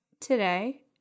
today